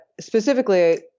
specifically